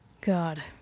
God